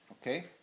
Okay